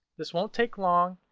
this won't take long.